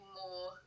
more